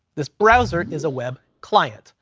this browser is a web client,